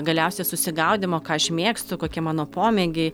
galiausia susigaudymo ką aš mėgstu kokie mano pomėgiai